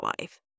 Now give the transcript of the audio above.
life